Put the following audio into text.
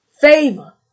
Favor